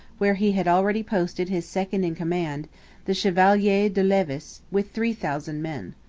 where he had already posted his second-in-command, the chevalier de levis, with three thousand men.